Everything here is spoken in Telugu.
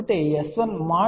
కాబట్టి |S21|21−|S11|2